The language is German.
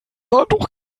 handtuch